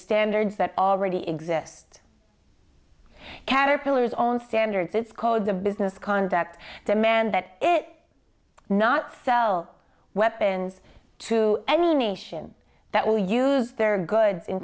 standards that already exists caterpillar's own standards it's called the business conduct demand that it not sell weapons to any nation that will use their goods in